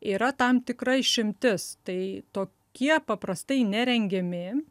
yra tam tikra išimtis tai tokie paprastai nerengiami